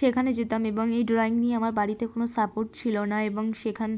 সেখানে যেতাম এবং এই ড্রয়িং নিয়ে আমার বাড়িতে কোনো সাপোর্ট ছিল না এবং সেখান